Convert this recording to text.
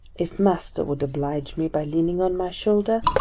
if master would oblige me by leaning on my shoulder,